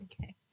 Okay